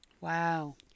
Wow